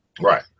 Right